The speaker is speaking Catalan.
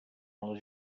els